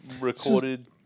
recorded